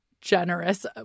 generous